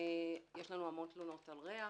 יש לנו המון תלונות על ריח,